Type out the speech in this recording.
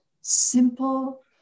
simple